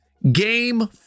Game